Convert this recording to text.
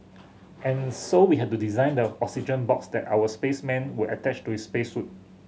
and so we had to design the oxygen box that our spaceman would attach to his space suit